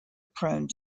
prone